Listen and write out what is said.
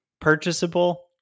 purchasable